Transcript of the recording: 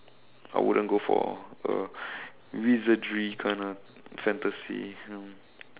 I wouldn't go for a wizardry of fantasy hmm